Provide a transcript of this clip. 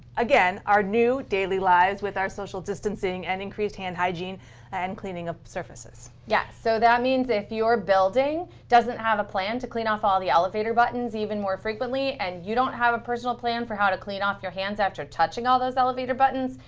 again, our new daily lives with our social distancing and increased hand hygiene and cleaning of surfaces. yes. so that means, if your building doesn't have a plan to clean off all the elevator buttons even more frequently and you don't have a personal plan for how to clean off your hands after touching all those elevator buttons,